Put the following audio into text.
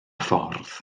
ffordd